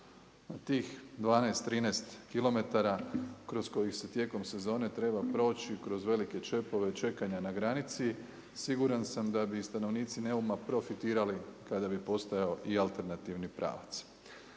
tih 12, 13km kroz kojih se tijekom sezone treba proći kroz velike čepove čekanja na granici siguran sam da bi stanovnici Neuma profitirali kada bi postojao i alternativni pravac.